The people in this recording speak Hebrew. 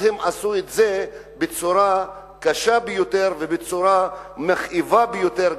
אז הם עשו את זה בצורה קשה ביותר ובצורה מכאיבה ביותר,